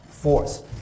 force